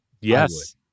Yes